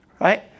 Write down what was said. right